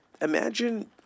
imagine